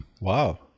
Wow